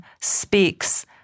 speaks